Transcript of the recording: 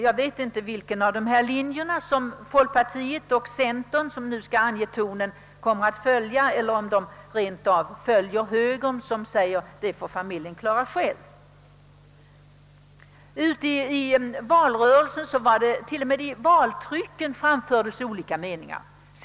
Jag vet inte vilken av dessa linjer som folkpartiet och centerpartiet, som nu skall ange tonen, kommer att följa eller om de rent av följer det äldre högerförslaget som säger att den här saken får familjen klara själv. I valrörelsen och t.o.m. i valtryck har man framfört olika meningar i familjefrågorna.